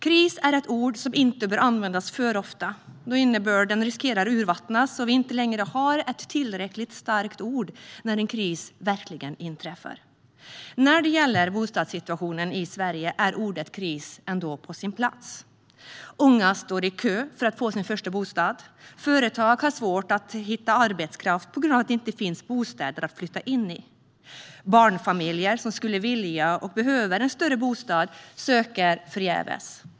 Kris är ett ord som inte bör användas för ofta, då innebörden riskerar att utvattnas så att vi inte längre har ett tillräckligt starkt ord när en kris verkligen inträffar. När det gäller bostadssituationen i Sverige är ordet kris ändå på sin plats. Unga står i kö för att få sin första bostad. Företag har svårt att hitta arbetskraft på grund av att det inte finns bostäder att flytta in i. Barnfamiljer som skulle vilja ha, och behöver, en större bostad söker förgäves.